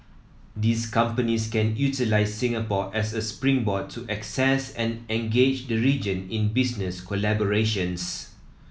these companies can utilise Singapore as a springboard to access and engage the region in business collaborations